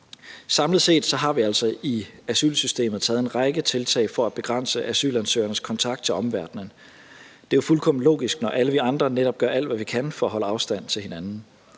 Samlet set har vi altså i asylsystemet taget en række tiltag for at begrænse asylansøgernes kontakt til omverdenen. Det er jo fuldkommen logisk, når alle vi andre netop gør alt, hvad vi kan, for at holde afstand til hinanden.